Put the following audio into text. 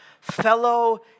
Fellow